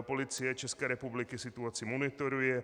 Policie České republiky situaci monitoruje.